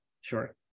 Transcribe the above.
sure